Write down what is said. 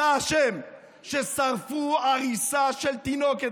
אתה אשם ששרפו עריסה של תינוקת.